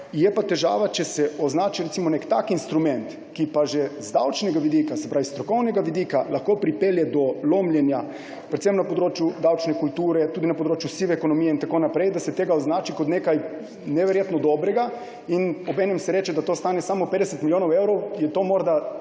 je pa težava, če se označi recimo nek tak instrument, ki pa že z davčnega vidika, s strokovnega vidika lahko pripelje do lomljenja predvsem na področju davčne kulture, tudi na področju sive ekonomije in tako naprej, da se ta instrument označi kot nekaj neverjetno dobrega in obenem se reče, da to stane samo 50 milijonov evrov, je to morda